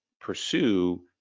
pursue